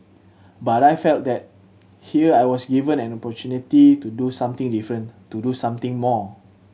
but I felt that here I was given an opportunity to do something different to do something more